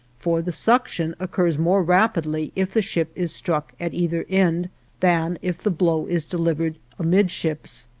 for the suction occurs more rapidly if the ship is struck at either end than if the blow is delivered amidships.